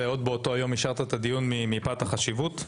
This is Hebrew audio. ועוד באותו היום אישרת את הדיון מפאת החשיבות.